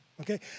okay